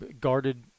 guarded